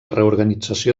reorganització